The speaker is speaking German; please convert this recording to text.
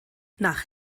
nach